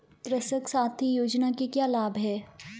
कृषक साथी योजना के क्या लाभ हैं?